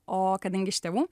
o kadangi iš tėvų